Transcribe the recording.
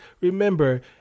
Remember